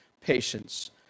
patience